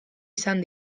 izan